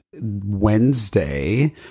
Wednesday